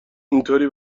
اینطوری